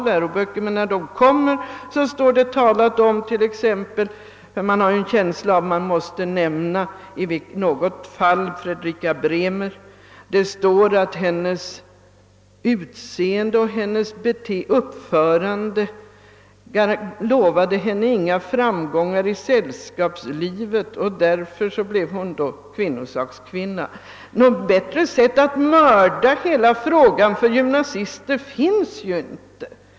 När det nu har kommit en helt ny, sägs det i denna om Fredrika Bremer — man har väl haft en känsla av att man måste nämna någonting om henne — att hennes utseende och hennes uppförande lovade henne inga framgångar i sällskapslivet, och därför blev hon kvinnosakskvinna. Något bättre sätt att mörda hela frågan för gymnasister finns inte.